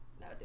No